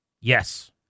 Yes